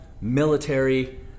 military